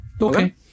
Okay